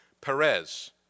Perez